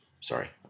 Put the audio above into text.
sorry